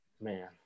Man